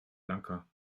lanka